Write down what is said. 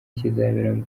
kizabera